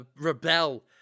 rebel